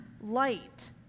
light